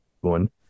one